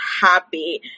happy